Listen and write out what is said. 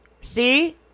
See